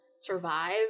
survive